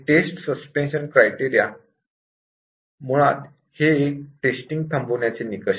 taste suspension criteria हा एक testing थांबविण्याचा निकष आहे